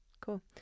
Cool